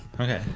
Okay